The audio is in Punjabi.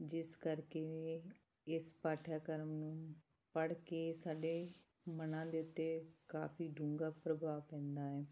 ਜਿਸ ਕਰਕੇ ਇਸ ਪਾਠਕ੍ਰਮ ਨੂੰ ਪੜ੍ਹ ਕੇ ਸਾਡੇ ਮਨਾਂ ਦੇ ਉੱਤੇ ਕਾਫੀ ਡੂੰਘਾ ਪ੍ਰਭਾਵ ਪੈਂਦਾ ਹੈ